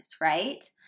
right